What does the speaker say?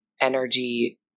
energy